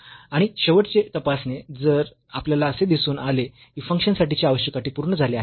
आणि शेवटचे तपासणे जर आपल्याला असे दिसून आले की फंक्शन साठीच्या आवश्यक अटी पूर्ण झाल्या आहेत